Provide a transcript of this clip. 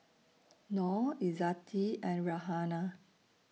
Nor Izzati and Raihana